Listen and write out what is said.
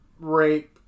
rape